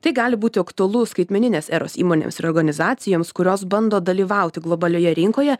tai gali būti aktualu skaitmeninės eros įmonėms ir organizacijoms kurios bando dalyvauti globalioje rinkoje